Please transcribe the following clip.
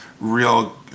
real